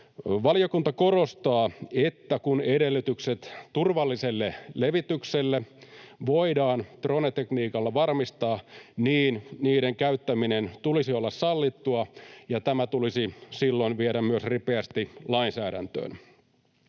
Valiokunta korostaa, että kun edellytykset turvalliselle levitykselle voidaan drone-tekniikalla varmistaa, niin niiden käyttämisen tulisi olla sallittua, ja tämä tulisi silloin viedä myös ripeästi lainsäädäntöön.